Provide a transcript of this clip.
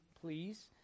please